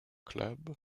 club